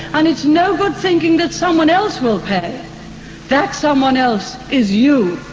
and it's no good thinking that someone else will pay that someone else is you.